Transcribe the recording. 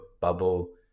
bubble